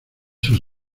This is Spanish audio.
sus